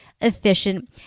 efficient